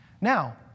Now